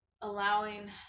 allowing